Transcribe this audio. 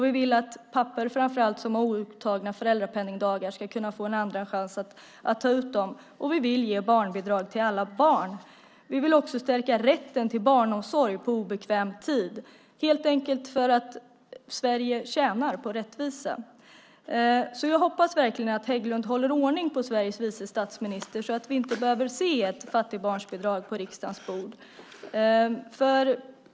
Vi vill att framför allt pappor som har outtagna föräldrapenningdagar ska kunna få en andra chans att ta ut dem, och vi vill ge barnbidrag till alla barn. Vi vill också stärka rätten till barnomsorg på obekväm tid, helt enkelt därför att Sverige tjänar på rättvisa. Jag hoppas verkligen att Hägglund håller ordning på Sveriges vice statsminister så att vi inte behöver se ett förslag till fattigbarnbidrag på riksdagens bord.